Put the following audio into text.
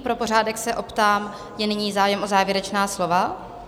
Pro pořádek se optám, je nyní zájem o závěrečná slova?